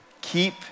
keep